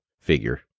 figure